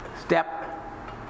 Step